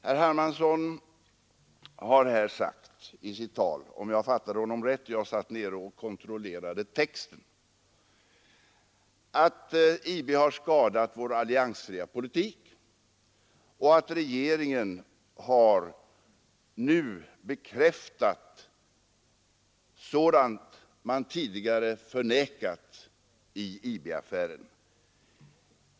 Herr Hermansson sade i sitt tal, om jag fattade honom rätt, att IB har skadat vår alliansfria politik och att regeringen nu har bekräftat sådant som man tidigare förnekat i IB-affären.